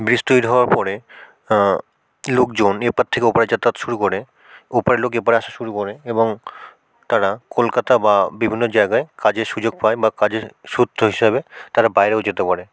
bridge তৈরি হওয়ার পরে লোকজন এপার থেকে ওপারে যাতায়াত শুরু করে ওপারের লোক এপারে আসা শুরু করে এবং তারা কলকাতা বা বিভিন্ন জাগায় কাজের সুযোগ পায় বা কাজের সূত্র হিসাবে তারা বাইরেও যেতে পারে